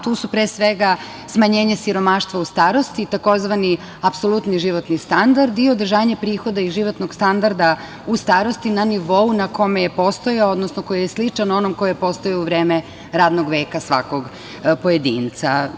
Tu su pre svega smanjenje siromaštva u starosti, tzv. apsolutni životni standard i održanje prihoda i životnog standarda u starosti na nivou na kome je postojao, odnosno koji je sličan onom koji je postojao u vreme radnog veka svakog pojedinca.